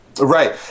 Right